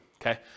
Okay